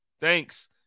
Thanks